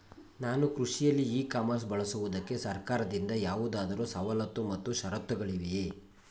ನಾನು ಕೃಷಿಯಲ್ಲಿ e commerce ಬಳಸುವುದಕ್ಕೆ ಸರ್ಕಾರದಿಂದ ಯಾವುದಾದರು ಸವಲತ್ತು ಮತ್ತು ಷರತ್ತುಗಳಿವೆಯೇ?